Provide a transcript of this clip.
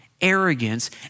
arrogance